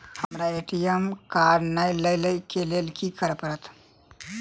हमरा ATM card नै अई लई केँ लेल की करऽ पड़त?